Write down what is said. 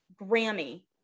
Grammy